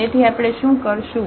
તેથી આપણે શું કરશું